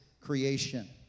creation